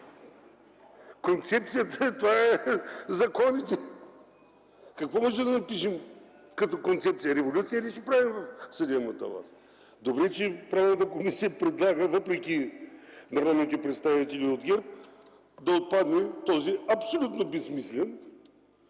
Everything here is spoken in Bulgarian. Концепцията - това са законите. Какво можем да запишем като концепция? Революция ли ще правим в съдебната власт? Добре че Правната комисия предлага, въпреки народните представители от ГЕРБ, да отпадне този абсолютно безсмислен